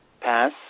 pass